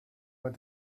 what